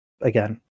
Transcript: again